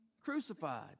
crucified